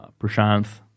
Prashanth